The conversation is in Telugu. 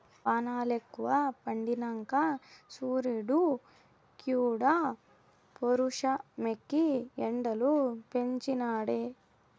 వానలెక్కువ పడినంక సూరీడుక్కూడా పౌరుషమెక్కి ఎండలు పెంచి నాడే